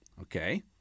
okay